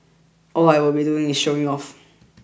all I would be doing is showing off